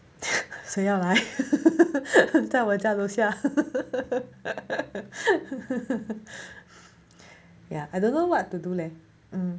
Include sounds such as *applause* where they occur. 谁要来 *laughs* 在我家楼下 *laughs* ya I don't know what to do leh